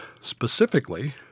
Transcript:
specifically